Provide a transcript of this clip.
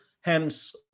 hence